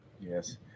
Yes